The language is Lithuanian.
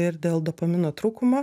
ir dėl dopamino trūkumo